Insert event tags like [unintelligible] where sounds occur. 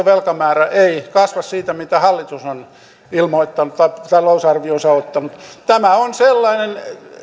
[unintelligible] velkamäärä ei kasva siitä mitä hallitus on ilmoittanut tai talousarvioonsa ottanut tämä on sellainen